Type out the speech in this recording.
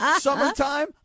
Summertime